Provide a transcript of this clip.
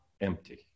empty